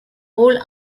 rôle